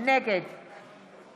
נגד